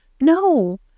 No